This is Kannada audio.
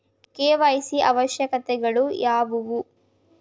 ಕೆ.ವೈ.ಸಿ ಅವಶ್ಯಕತೆಗಳು ಯಾವುವು?